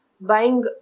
buying